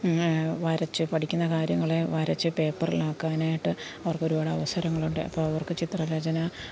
വരച്ച് പഠിക്കുന്ന കാര്യങ്ങളെ വരച്ച് പേപ്പറിലാക്കാനായിട്ട് അവര്ക്കൊരുപാട് അവസരങ്ങളുണ്ട് അപ്പം അവര്ക്ക് ചിത്രരചന